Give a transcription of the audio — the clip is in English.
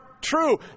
true